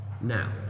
Now